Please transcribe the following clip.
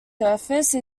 surface